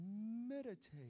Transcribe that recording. meditate